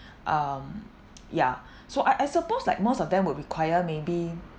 um yeah so I I suppose like most of them will require may be